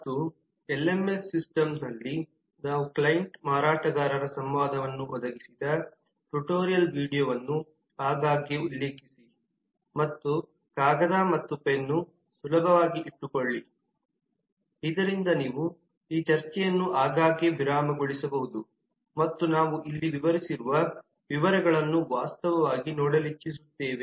ಮತ್ತು ಎಲ್ಎಂಎಸ್ ಸಿಸ್ಟಮ್ನಲ್ಲಿ ನಾವು ಕ್ಲೈಂಟ್ ಮಾರಾಟಗಾರರ ಸಂವಾದವನ್ನು ಒದಗಿಸಿದ ಟ್ಯುಟೋರಿಯಲ್ ವೀಡಿಯೊವನ್ನು ಆಗಾಗ್ಗೆ ಉಲ್ಲೇಖಿಸಿಮತ್ತು ಕಾಗದ ಮತ್ತು ಪೆನ್ನು ಸುಲಭವಾಗಿ ಇಟ್ಟುಕೊಳ್ಳಿ ಇದರಿಂದ ನೀವು ಈ ಚರ್ಚೆಯನ್ನು ಆಗಾಗ್ಗೆ ವಿರಾಮಗೊಳಿಸಬಹುದು ಮತ್ತು ನಾವು ಇಲ್ಲಿ ವಿವರಿಸಿರುವ ವಿವರಗಳನ್ನು ವಾಸ್ತವವಾಗಿ ನೋಡಲಿಚ್ಚಿಸುತ್ತೇವೆ